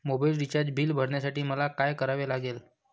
Mobile recharge bill भरण्यासाठी मला काय करावे लागेल?